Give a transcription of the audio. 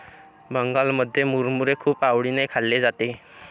बंगालमध्ये मुरमुरे खूप आवडीने खाल्ले जाते